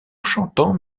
chantant